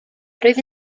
rwyf